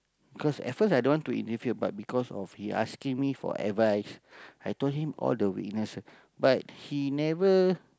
because at first i don't want to interfere but because of he asking me for advice I told him all the weakness but he never